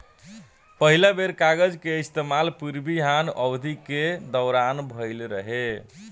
पहिला बेर कागज के इस्तेमाल पूर्वी हान अवधि के दौरान भईल रहे